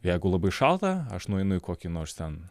jeigu labai šalta aš nueinu į kokį nors ten